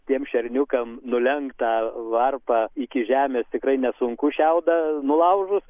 tiem šerniukam nulenkt tą varpą iki žemės tikrai nesunku šiaudą nulaužus